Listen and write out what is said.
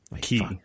Key